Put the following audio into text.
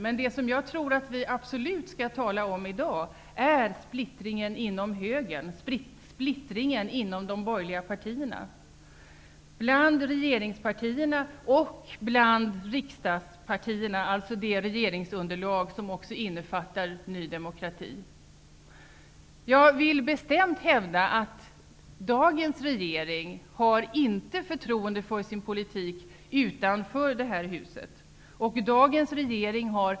Men det som vi absolut skall tala om i dag är splittringen inom högern, splittringen inom de borgerliga partierna, splittringen bland regeringspartierna och bland riksdagspartierna, dvs. inom det regeringsunderlag som också innefattar Ny demokrati. Jag vill bestämt hävda att det utanför detta hus inte finns förtroende för den nuvarande regeringens politik.